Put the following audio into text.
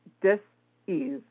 dis-ease